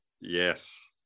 Yes